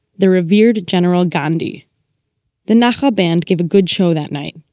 the revered general gandhi the nachal band gave a good show that night.